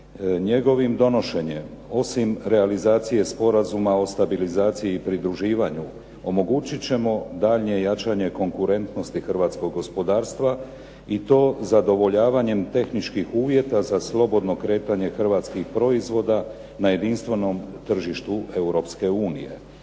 Njegovim donošenjem osim realizacije Sporazuma o stabilizaciji i pridruživanju omogućit ćemo daljnje jačanje konkurentnosti hrvatskog gospodarstva i to zadovoljavanjem tehničkih uvjeta za slobodno kretanje hrvatskom proizvoda na jedinstvenom tržištu Europske unije.